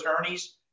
attorneys